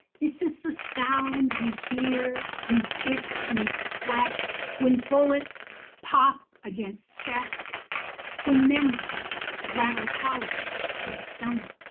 this is the sound we hear when fist meets flesh when bullets pop against chests when memories rattle hollow in stomachs.